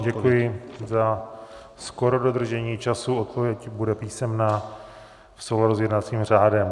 Děkuji za skorododržení času, odpověď bude písemná v souladu s jednacím řádem.